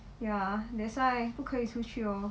ya that's why 不可以出去咯